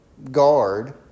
Guard